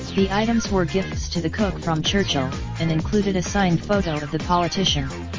the items were gifts to the cook from churchill, and included a signed photo of the politician.